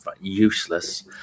useless